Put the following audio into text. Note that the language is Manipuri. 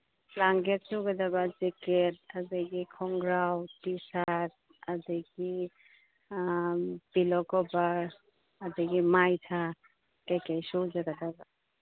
ꯕ꯭ꯂꯥꯡꯀꯦꯠ ꯁꯨꯒꯗꯕ ꯖꯦꯀꯦꯠ ꯑꯗꯒꯤ ꯈꯣꯡꯒ꯭ꯔꯥꯎ ꯇꯤ ꯁꯥꯠ ꯑꯗꯒꯤ ꯄꯤꯂꯣ ꯀꯣꯕꯔ ꯑꯗꯒꯤ ꯃꯥꯏꯊꯥ ꯀꯔꯤ ꯀꯔꯥ ꯁꯨꯒꯗꯕ